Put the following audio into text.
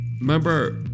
Remember